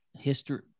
history